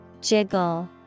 Jiggle